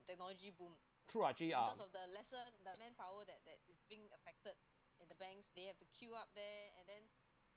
true actually uh